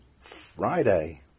Friday